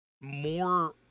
more